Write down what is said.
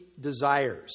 desires